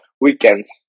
weekends